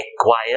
acquire